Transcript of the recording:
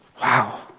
wow